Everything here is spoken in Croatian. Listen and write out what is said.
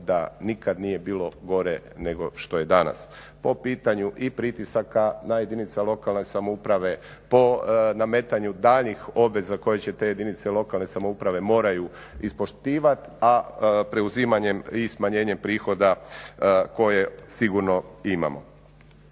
da nikad nije bilo gore nego što je danas. Po pitanju i pritisaka na jedinice lokalne samouprave, po nametanju daljnjih obveza koje će te jedinice lokalne samouprave moraju ispoštivati, a preuzimanjem i smanjenjem prihoda koje sigurno imamo.